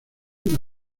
una